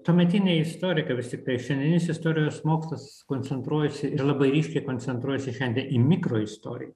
tuometiniai istorikai vis tiktai šiandieninis istorijos mokslas koncentruojasi ir labai ryškiai koncentruojasi šiendie į mikroistoriją